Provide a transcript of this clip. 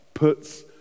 puts